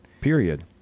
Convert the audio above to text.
Period